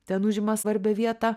ten užima svarbią vietą